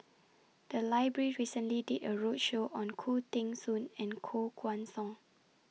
The Library recently did A roadshow on Khoo Teng Soon and Koh Guan Song